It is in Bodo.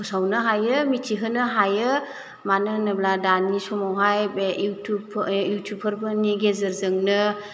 फोसावनो हायो मिथिहोनो हायो मानो होनोब्ला दानि समावहाय बे इउटुबफोरनि गेजेरजोंनो